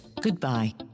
Goodbye